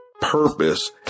purpose